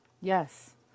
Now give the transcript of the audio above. Yes